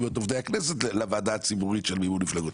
ואת עובדי הכנסת לוועדה הציבורית של מימון מפלגות.